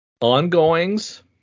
Ongoings